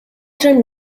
term